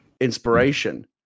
inspiration